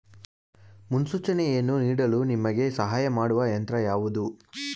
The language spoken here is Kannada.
ಮುನ್ಸೂಚನೆಯನ್ನು ನೀಡಲು ನಿಮಗೆ ಸಹಾಯ ಮಾಡುವ ಯಂತ್ರ ಯಾವುದು?